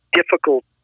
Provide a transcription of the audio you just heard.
difficult